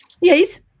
yes